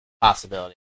Possibility